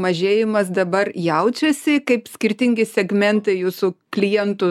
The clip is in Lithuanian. mažėjimas dabar jaučiasi kaip skirtingi segmentai jūsų klientų